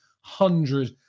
hundred